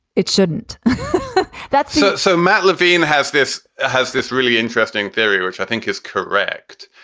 it shouldn't that's so so matt levine has this has this really interesting theory, which i think is correct,